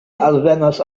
alvenas